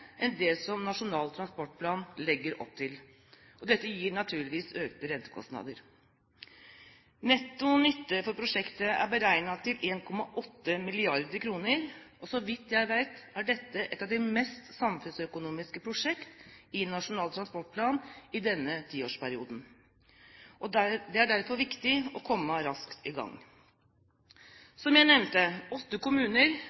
enn det som Nasjonal transportplan legger opp til. Dette gir naturligvis økte rentekostnader. Netto nytte for prosjektet er beregnet til 1,8 mrd. kr. Så vidt jeg vet, er dette et av de mest samfunnsøkonomiske prosjekt i Nasjonal transportplan i denne tiårsperioden. Det er derfor viktig å komme raskt i gang. Som jeg nevnte: Åtte kommuner